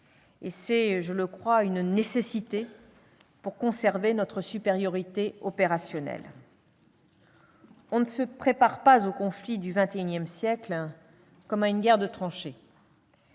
et c'est, je crois, une nécessité pour conserver notre supériorité opérationnelle. On ne se prépare pas aux conflits du XXI siècle comme à une guerre de tranchées.